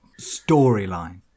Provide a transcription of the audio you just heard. Storyline